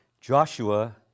Joshua